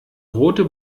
rote